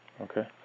Okay